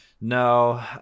no